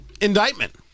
indictment